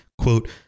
quote